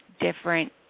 different